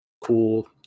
Cool